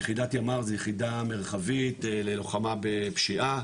יחידת ימ"ר זה יחידה מרחבית ללוחמה בפשיעה